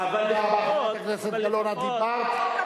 עיתון "הארץ".